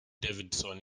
davidson